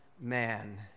man